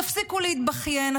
תפסיקו להתבכיין.